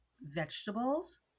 vegetables